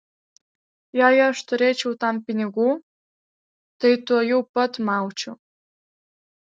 jei aš turėčiau tam pinigų tai tuojau pat maučiau